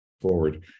forward